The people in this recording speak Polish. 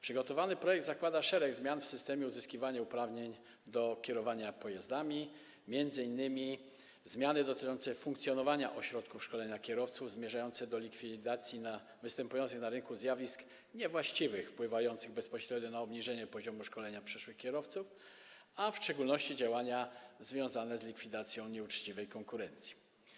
Przygotowany projekt zakłada szereg zmian w systemie uzyskiwania uprawnień do kierowania pojazdami, m.in. zmiany dotyczące funkcjonowania ośrodków szkolenia kierowców zmierzające do likwidacji występujących na rynku niewłaściwych zjawisk, wpływających bezpośrednio na obniżenie poziomu szkolenia przyszłych kierowców, a w szczególności działania związane z likwidacją nieuczciwej konkurencji.